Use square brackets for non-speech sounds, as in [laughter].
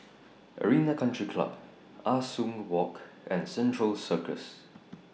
[noise] Arena Country Club Ah Soo Walk and Central Circus